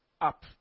up